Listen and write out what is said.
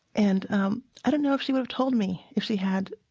and i don't know if she would have told me if she had